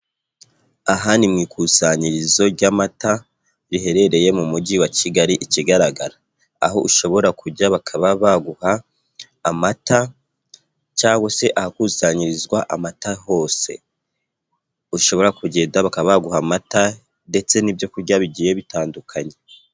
Ahan ni mu ikusanyirizo ry'amata, riherereye mu mujyi wa Kigali ikigaragara, aho ushobora kujya bakaba baguha amata cyangwa se ahakusanyirizwa amata hose, ushobora kugenda bakabaguha amata ndetse n'ibyo kurya bigiye bitandukanye.